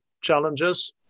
challenges –